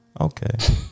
Okay